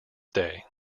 day